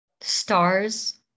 stars